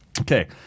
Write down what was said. Okay